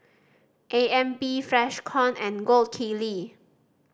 A M P Freshkon and Gold Kili